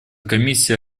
комиссия